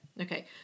Okay